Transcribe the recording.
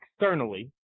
externally